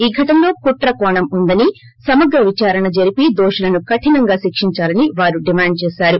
ఈ ఘటనలో కుట్రకోణం ఉందని సమగ్ర విచారణ జరిపి దోషులను కఠినంగా శిక్షించాలని వారు డిమాండ్ చేశారు